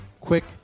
quick